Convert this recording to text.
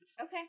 Okay